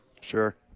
Sure